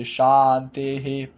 Shanti